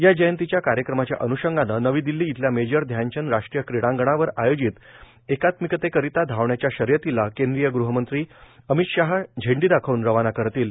या जयंतीच्या कार्यक्रमाच्या अन्षंगानं नवी दिल्ली इथल्या मेजर ध्यानचंद राष्ट्रीय क्रीडांगणावर आयोजित एकात्मिकतेकरिता धावण्याच्या शर्यतीला केंद्रीय गृहमंत्री अमित शहा झेंडी दाखवून रवाना करतील